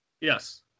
Yes